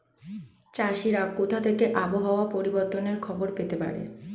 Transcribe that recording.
চাষিরা কোথা থেকে আবহাওয়া পরিবর্তনের খবর পেতে পারে?